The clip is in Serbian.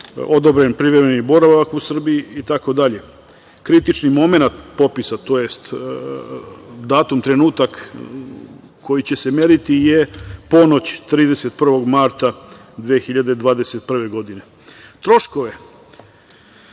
odobren privremeni boravak u Srbiji, itd. Kritični momenat popisa, tj. datum, trenutak koji će se meriti je ponoć, 31. marta 2021. godine. Troškovi